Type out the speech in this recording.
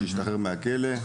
כשהוא השתחרר מהכלא.